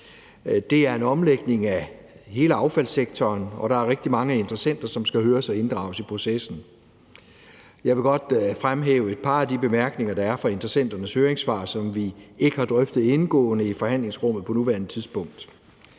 Det er en omlægning af hele affaldssektoren, og der er rigtig mange interessenter, som skal høres og inddrages i processen. Jeg vil godt fremhæve et par af de bemærkninger, der er fra interessenternes høringssvar, og som vi ikke har drøftet indgående i forhandlingsrummet på nuværende tidspunkt.